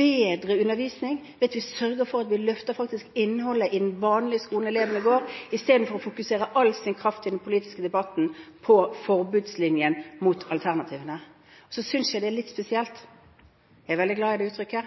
bedre undervisning, altså ved å sørge for at vi faktisk løfter innholdet i den vanlige skolen elevene går i, i stedet for å bruke all sin kraft i den politiske debatten på forbudslinjen mot alternativene. Så synes jeg det er litt spesielt – jeg er veldig glad i det